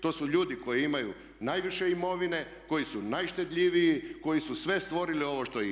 To su ljudi koji imaju najviše imovine, koji su najštedljiviji, koji su sve stvorili ovo što imamo.